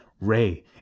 Ray